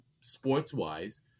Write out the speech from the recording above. sports-wise